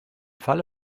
falle